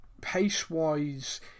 Pace-wise